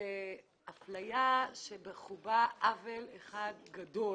זו אפליה שבחובה עוול גדול